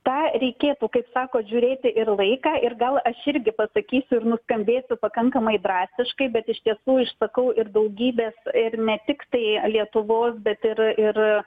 tą reikėtų kaip sakot žiūrėti ir laiką ir gal aš irgi pasakysiu ir nuskambėsiu pakankamai drastiškai bet iš tiesų išsakau ir daugybės ir ne tiktai lietuvos bet ir ir